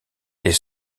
les